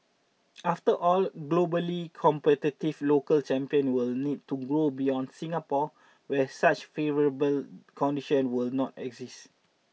after all globally competitive local champions will need to grow beyond Singapore where such favourable condition will not exist